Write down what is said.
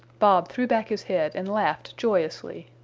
rob threw back his head and laughed joyously.